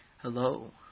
Hello